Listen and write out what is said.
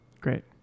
Great